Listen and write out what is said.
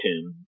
tomb